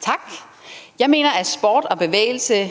Tak. Jeg mener, at sport og bevægelse